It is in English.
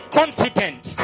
confident